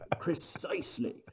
Precisely